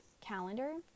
calendar